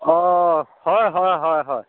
অ' হয় হয় হয় হয়